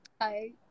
Hi